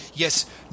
Yes